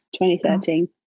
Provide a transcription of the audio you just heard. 2013